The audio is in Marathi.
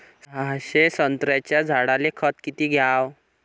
सहाशे संत्र्याच्या झाडायले खत किती घ्याव?